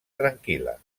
tranquil·la